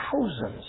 thousands